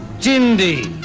chindi!